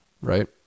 right